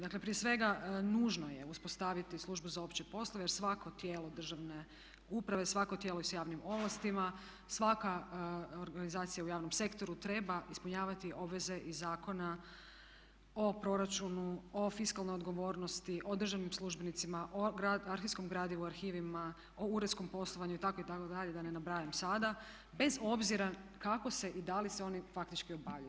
Dakle prije svega nužno je uspostaviti službu za opće poslove jer svako tijelo državne uprave, svako tijelo i sa javnim ovlastima, svaka organizacija u javnom sektoru treba ispunjavati obveze iz Zakona o proračunu, o fiskalnoj odgovornosti, o državnim službenicima, o arhivskom gradivu, arhivima, o uredskom poslovanju itd., itd., da ne nabrajam sada, bez obzira kako se i da li se oni faktički obavljaju.